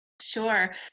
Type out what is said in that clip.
Sure